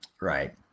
Right